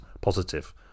positive